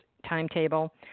timetable